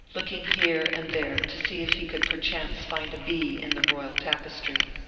looking here and there to see if he could perchance find a bee in the royal tapestry.